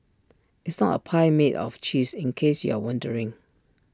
it's not A pie made of cheese in case you're wondering